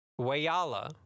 Wayala